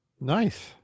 Nice